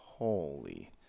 holy